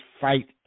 fight